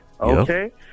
Okay